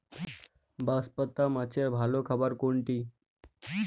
বাঁশপাতা মাছের ভালো খাবার কোনটি?